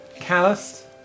Calloused